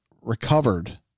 recovered